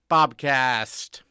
Bobcast